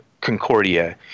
Concordia